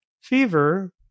fever